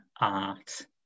art